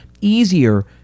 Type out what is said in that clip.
easier